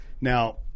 now